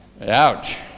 Ouch